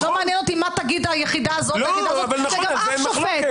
לא מעניין אותי מה תגיד היחידה הזאת והזאת - גם אף שופט